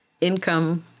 income